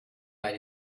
bei